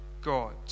God